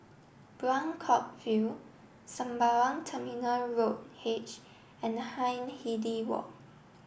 Buangkok View Sembawang Terminal Road H and Hindhede Walk